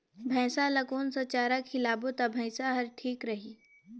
भैसा ला कोन सा चारा खिलाबो ता भैंसा हर ठीक रही?